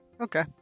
Okay